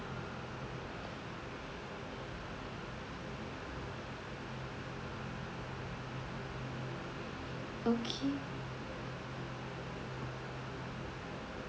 okay